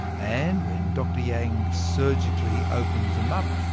and when dr yang surgically opened them up,